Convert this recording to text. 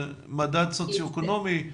לפי מדד סוציו אקונומי?